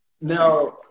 Now